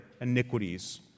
iniquities